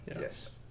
Yes